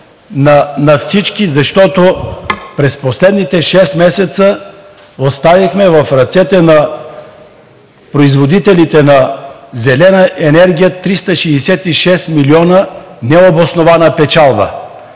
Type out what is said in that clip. на всички, защото през последните шест месеца оставихме в ръцете на производителите на зелена енергия 366 милиона необоснована печалба,